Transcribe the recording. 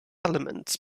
elements